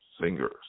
singers